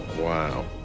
Wow